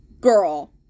Girl